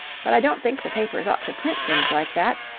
but i don't think the papers ought to print things like that.